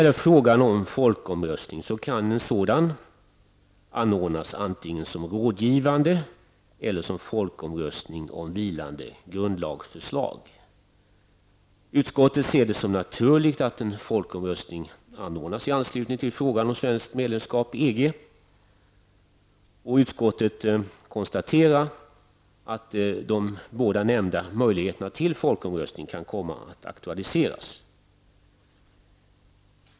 En folkomröstning kan anordnas antingen som rådgivande eller som folkomröstning om vilande grundlagsförslag. Utskottet ser det som naturligt att en folkomröstning anordnas i anslutning till frågan om svenskt medlemskap i EG. Utskottet konstaterar att de båda nämnda möjligheterna till folkomröstning kan komma att aktualiseras.